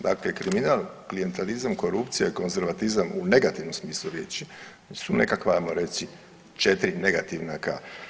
Dakle, kriminal, klijentelizam, korupcija i konzervatizam u negativnom smislu riječi su nekakva hajmo reći četiri negativna ka.